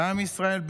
ועם ישראל,